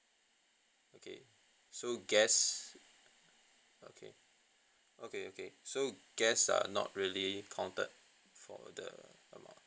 okay so guests okay okay okay so guests are not really counted for the amount